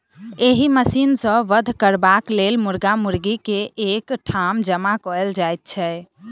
एहि मशीन सॅ वध करबाक लेल मुर्गा मुर्गी के एक ठाम जमा कयल जाइत छै